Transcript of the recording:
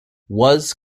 was